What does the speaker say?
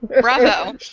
Bravo